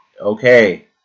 okay